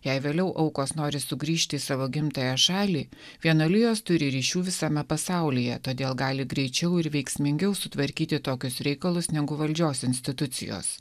jei vėliau aukos nori sugrįžti į savo gimtąją šalį vienuolijos turi ryšių visame pasaulyje todėl gali greičiau ir veiksmingiau sutvarkyti tokius reikalus negu valdžios institucijos